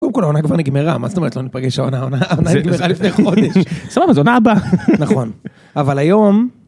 קודם כל העונה כבר נגמרה, מה זאת אומרת לא ניפגש העונה...זה היה לפני חודש, סבבה אז עונה הבאה. אבל היום